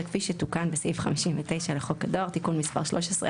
כפי שתוקן בסעיף 59 לחוק הדואר (תיקון מס' 13),